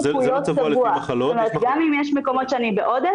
זאת אומרת גם אם יש מקומות שאני בעודף